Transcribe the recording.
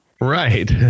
right